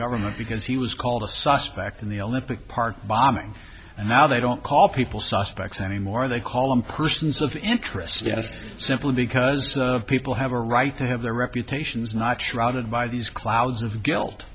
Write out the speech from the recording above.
government because he was called a suspect in the olympic park bombing and now they don't call people suspects anymore they call them persons of interest just simply because people have a right to have their reputations notch routed by these clouds of guilt